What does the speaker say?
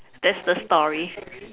that's the story